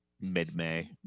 mid-May